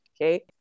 okay